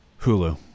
Hulu